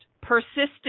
persistent